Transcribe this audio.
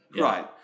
Right